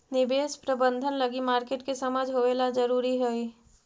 निवेश प्रबंधन लगी मार्केट के समझ होवेला जरूरी हइ